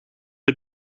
een